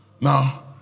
Now